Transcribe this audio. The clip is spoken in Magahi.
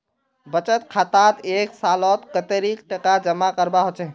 बचत खातात एक सालोत कतेरी टका जमा करवा होचए?